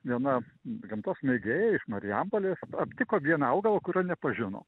viena gamtos mėgėja iš marijampolės aptiko vieną augalą kurio nepažino